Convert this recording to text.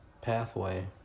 pathway